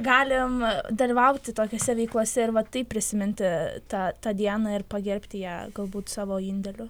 galim dalyvauti tokiose veiklose ir va taip prisiminti tą tą dieną ir pagerbti ją galbūt savo indėliu